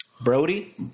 Brody